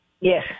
Yes